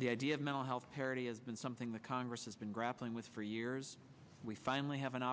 the idea of mental health parity has been something the congress has been grappling with for years we finally have an